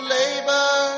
labor